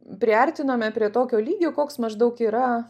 priartinome prie tokio lygio koks maždaug yra